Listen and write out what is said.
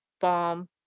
bomb